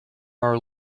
our